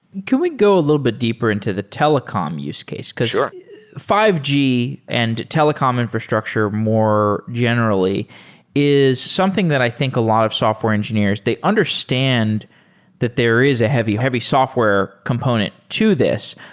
can we go a little bit deeper into the telecom use case? because yeah five g and telecom infrastructure more generally is something that i think a lot of software engineers, they understand that there is a heavy, heavy software component to this.